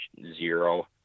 zero